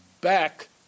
back